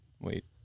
Wait